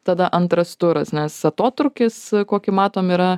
tada antras turas nes atotrūkis kokį matom yra